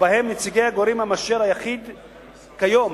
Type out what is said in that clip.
ובהם נציגי הגורם המאשר היחיד כיום,